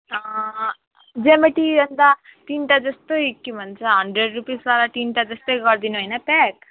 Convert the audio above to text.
geometry अन्त तिनवटा जस्तै के भन्छ हन्ड्रेड रुपिस वाला तिनवटा जस्तै गरिदिनू होइन प्याक